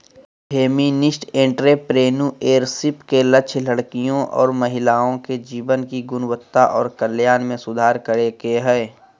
feminist entrepreneurship के लक्ष्य लड़कियों और महिलाओं के जीवन की गुणवत्ता और कल्याण में सुधार करे के हय